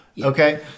Okay